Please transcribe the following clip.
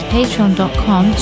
patreon.com